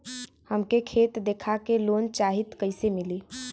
हमके खेत देखा के लोन चाहीत कईसे मिली?